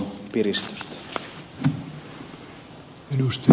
arvoisa puhemies